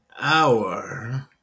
hour